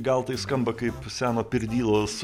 gal tai skamba kaip seno pirdylos